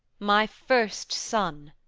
my first son,